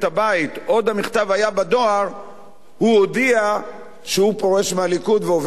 עוד המכתב היה בדואר והוא הודיע שהוא פורש מהליכוד ועובר לקדימה.